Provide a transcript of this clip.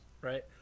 right